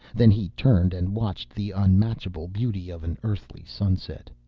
then he turned and watched the unmatchable beauty of an earthly sunset.